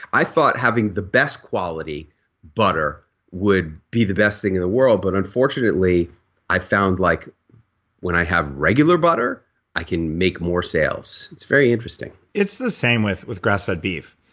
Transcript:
i thought having the best quality butter would be the best thing in the world but unfortunately i found like when i have regular butter i can make more sales. it's very interesting it's the same with with grass fed beef.